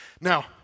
Now